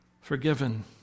forgiven